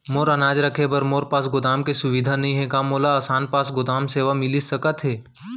मोर अनाज रखे बर मोर पास गोदाम के सुविधा नई हे का मोला आसान पास गोदाम सेवा मिलिस सकथे?